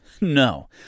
No